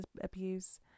abuse